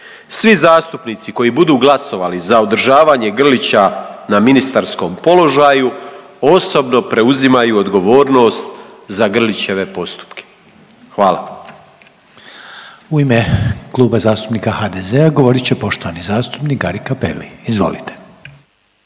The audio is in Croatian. Svi zastupnici koji budu glasovali za održavanje Grlića na ministarskom položaju osobno preuzimaju odgovornost za Grlićeve postupke. Hvala. **Reiner, Željko (HDZ)** U ime Kluba zastupnika HDZ-a govorit će poštovani zastupnik Gari Capelli. Izvolite.